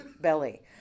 belly